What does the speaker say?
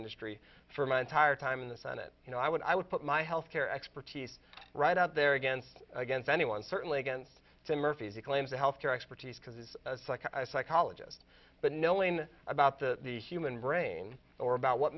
industry for my entire time in the senate you know i would i would put my health care expertise right out there against against anyone certainly against to murphy's a claim to health care expertise because it's such a psychologist but knowing about the the human brain or about what